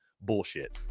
Bullshit